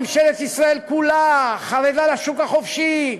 ממשלת ישראל כולה חרדה לשוק החופשי.